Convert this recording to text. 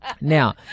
Now